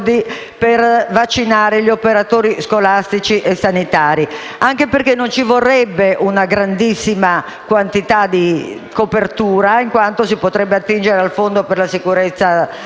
per vaccinare gli operatori scolastici e sanitari anche perché non ci vorrebbe una grande copertura in quanto si potrebbe attingere al fondo per la sicurezza del lavoro.